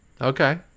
Okay